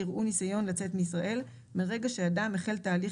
יראו ניסיון לצאת מישראל - מרגע שאדם החל תהליך